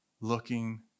looking